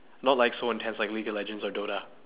not like so intense like league of legends or DOTA